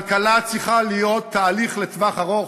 כלכלה צריכה להיות תהליך לטווח ארוך,